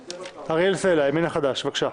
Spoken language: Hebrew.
אריאל סלע, הימין החדש, בבקשה.